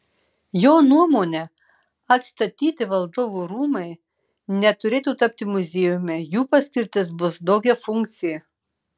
jo nuomone atstatyti valdovų rūmai neturėtų tapti muziejumi jų paskirtis bus daugiafunkcė